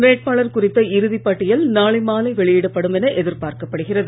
வேட்பாளர் குறித்த இறுதிப் பட்டியல் நாளை மாலை வெளியிடப்படும் என எதிர்பார்க்கப்படுகிறது